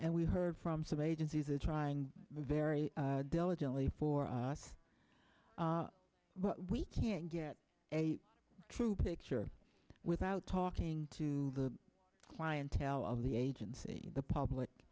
and we heard from some agencies are trying very diligently for us but we can't get a true picture without talking to the clientele of the agency the public